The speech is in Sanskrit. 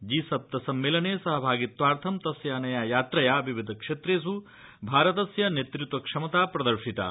जी सप्तसम्मेलन सहभागित्वार्थं तस्य अनया यात्रया विविधक्षेत्रेष् भारतस्य नेतृत्वक्षमता प्रदर्शिता